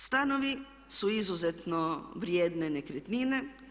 Stanovi su izuzetno vrijedne nekretnine.